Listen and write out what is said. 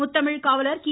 முத்தமிழ் காவலர் கி